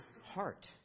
heart